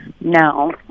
No